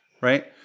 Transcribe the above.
right